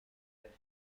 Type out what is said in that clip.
موندی